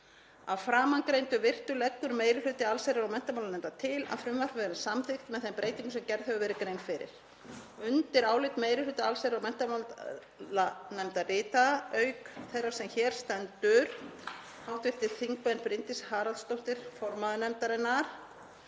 Að framangreindu virtu leggur meiri hluti allsherjar- og menntamálanefndar til að frumvarpið verði samþykkt með þeim breytingum sem gerð hefur verið grein fyrir. Undir álit meiri hluta allsherjar- og menntamálanefndar rita, auk þeirrar sem hér stendur, hv. þingmenn Bryndís Haraldsdóttir, formaður nefndarinnar,